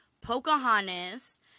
Pocahontas